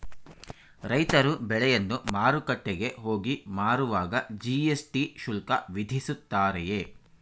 ರೈತರು ಬೆಳೆಯನ್ನು ಮಾರುಕಟ್ಟೆಗೆ ಹೋಗಿ ಮಾರುವಾಗ ಜಿ.ಎಸ್.ಟಿ ಶುಲ್ಕ ವಿಧಿಸುತ್ತಾರೆಯೇ?